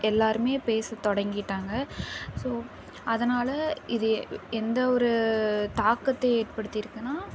எல்லாருமே பேசத் தொடங்கிட்டாங்க ஸோ அதனால் இது எந்த ஒரு தாக்கத்தை ஏற்படுத்திருக்குன்னா